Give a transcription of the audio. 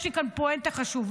יש לי כאן פואנטה חשובה.